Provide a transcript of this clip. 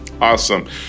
awesome